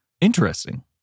interesting